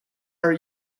are